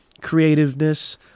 creativeness